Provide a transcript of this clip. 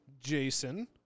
Jason